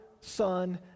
Son